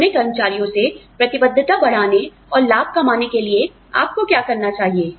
अपने कर्मचारियों से प्रतिबद्धता बढ़ाने और लाभ कमाने के लिए आपको क्या करना चाहिए